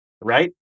right